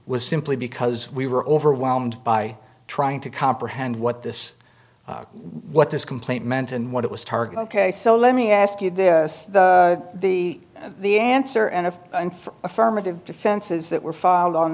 was simply because we were overwhelmed by trying to comprehend what this what this complaint meant and what it was target ok so let me ask you this the the answer and of an affirmative defenses that were filed on